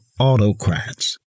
autocrats